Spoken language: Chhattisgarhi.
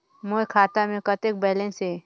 मोर खाता मे कतेक बैलेंस हे?